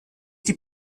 die